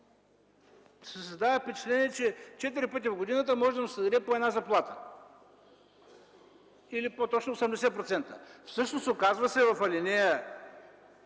създава впечатление, че четири пъти в годината може да му се даде по една заплата, или по-точно 80%. Всъщност, оказва се в ал.